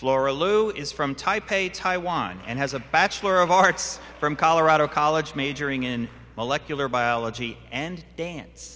flora lou is from taipei taiwan and has a bachelor of arts from colorado college majoring in molecular biology and